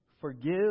Forgive